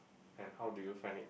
and how do you find it